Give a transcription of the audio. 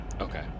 Okay